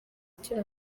akiri